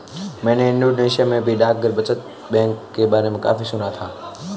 मैंने इंडोनेशिया में भी डाकघर बचत बैंक के बारे में काफी सुना था